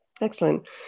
Excellent